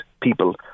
people